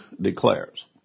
declares